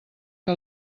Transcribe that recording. que